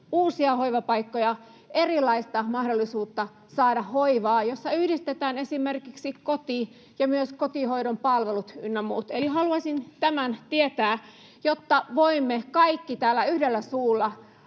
uusia hoivapaikkoja, erilaista mahdollisuutta saada hoivaa, jossa yhdistetään esimerkiksi koti ja myös kotihoidon palvelut ynnä muuta? Eli haluaisin tämän tietää, jotta voimme kaikki täällä yhdellä suulla